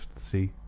see